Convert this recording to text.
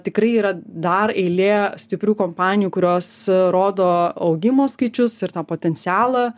tikrai yra dar eilė stiprių kompanijų kurios rodo augimo skaičius ir tą potencialą